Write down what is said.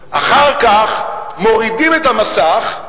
אחר כך מורידים את המסך,